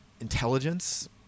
intelligence